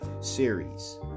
series